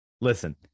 listen